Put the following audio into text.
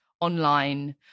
online